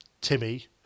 Timmy